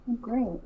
Great